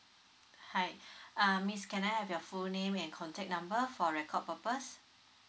hi uh miss can I have your full name and contact number for record purpose